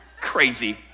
crazy